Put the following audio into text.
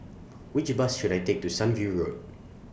Which Bus should I Take to Sunview Road